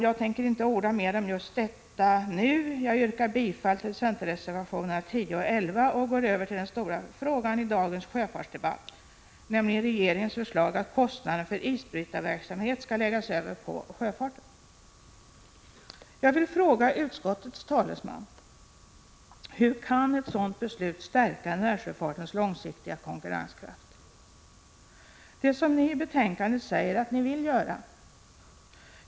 Jag tänker inte orda mer om just detta nu. Jag yrkar bifall till centerreservationerna 10 och 11 och går över till den stora frågan i dagens sjöfartsdebatt, nämligen regeringens förslag att kostnaden för isbrytarverksamhet skall läggas över på sjöfarten. Jag vill fråga utskottets talesman: Hur kan ett sådant beslut stärka närsjöfartens långsiktiga konkurrenskraft, vilket ni i betänkandet säger att ni vill göra?